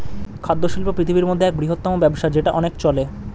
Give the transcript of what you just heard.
খাদ্য শিল্প পৃথিবীর মধ্যে এক বৃহত্তম ব্যবসা যেটা অনেক চলে